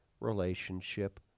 relationship